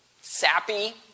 sappy